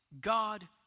God